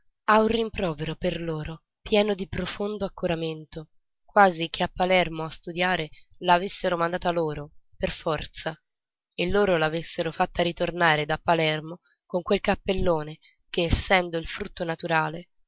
ha un rimprovero per loro pieno di profondo accoramento quasi che a palermo a studiare la avessero mandata loro per forza e loro la avessero fatta ritornare da palermo con quel cappellone che essendo il frutto naturale